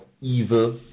evil